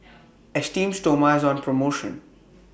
Esteem Stoma IS on promotion